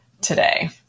today